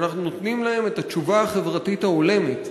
שאנחנו נותנים להם את התשובה החברתית ההולמת,